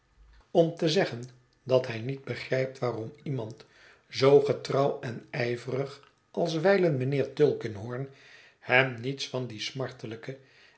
om te zeggen dat hij niet begrijpt waarom iemand zoo getrouw en ijverig als wijlen mijnheer tulkinghorn hem niets van die